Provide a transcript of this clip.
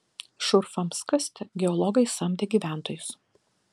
šurfams kasti geologai samdė gyventojus